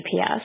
GPS